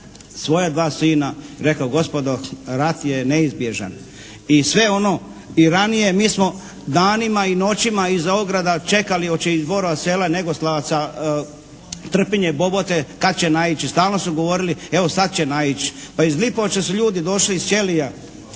svoja dva sina, rekao gospodo rat je neizbježan i sve ono …/Govornik se ne razumije./…, mi smo danima i noćima iza ograda čekali hoće iz Borova sela, Negoslavaca, Trpinje, Bobote, kad će naići. Stalno su govorili evo sad će naići. Pa iz Lipovaca su ljudi došli i sjeli,